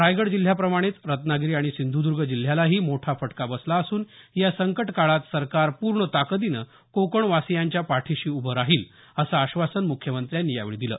रायगड जिल्ह्याप्रमाणेच रत्नागिरी आणि सिंधुदुर्ग जिल्ह्यालाही मोठा फटका बसला असून या संकटकाळात सरकार पूर्ण ताकदीनं कोकणवासियांच्या पाठीशी उभं राहील असं आश्वासन मुख्यमंत्र्यांनी यावेळी दिलं